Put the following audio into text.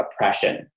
oppression